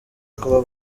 kuba